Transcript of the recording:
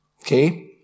Okay